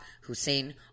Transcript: Hussein